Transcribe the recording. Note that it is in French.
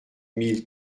mille